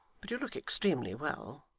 but you look extremely well